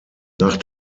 nach